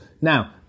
now